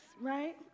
right